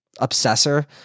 obsessor